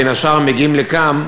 ובין השאר הם מגיעים לכאן.